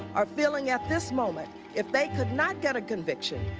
are feeling at this moment, if they could not get a conviction,